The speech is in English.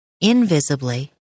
Invisibly